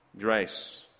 grace